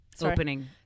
opening